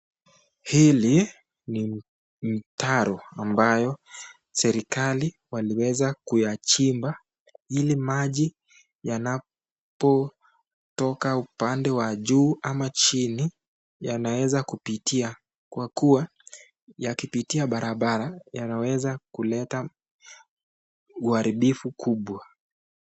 Hili ni mtaro ambalo serikali waliweza kuyachimba, ili maji yanapotoka upoande wa juu ama chini, yanaweza kupitia kwa kuwa yakipita barabara yanaweza kuleta uharibifu kubwa.